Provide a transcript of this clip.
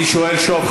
אני שואל שוב.